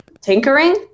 tinkering